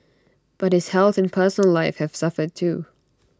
but his health and personal life have suffered too